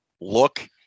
look